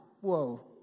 Whoa